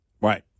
Right